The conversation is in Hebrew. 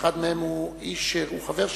שאחד מהם הוא איש שהוא חבר שלי,